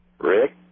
Rick